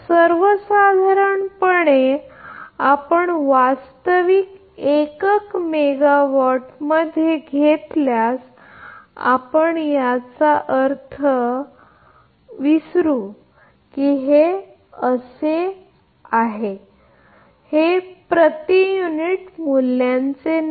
सर्वसाधारणपणे आपण वास्तविक युनिट मेगावाटमध्ये घेतल्यास याचा अर्थ आपण विसरू की हे प्रति युनिट मूल्यांचे नाही